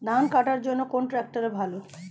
ধান কাটার জন্য কোন ট্রাক্টর ভালো?